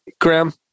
Graham